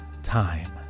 time